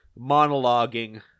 monologuing